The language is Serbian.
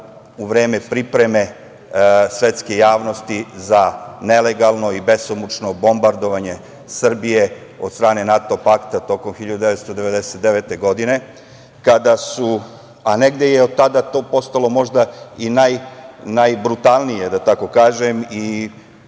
u vreme pripreme svetske javnosti za nelegalno i besomučno bombardovanje Srbije od strane NATO pakta tokom 1999. godine. Negde je od tada to postalo možda i najbrutalnije, da tako kažem i